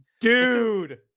dude